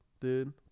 dude